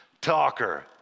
talker